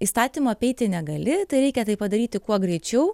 įstatymo apeiti negali tai reikia tai padaryti kuo greičiau